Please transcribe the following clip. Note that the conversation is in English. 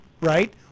right